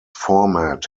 format